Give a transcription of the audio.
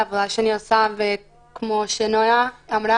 אני ממש גאה על העבודה שאני עושה וכמו שנויה אמרה,